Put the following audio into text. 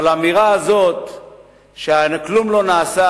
אבל האמירה הזאת שכלום לא נעשה